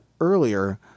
earlier